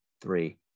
three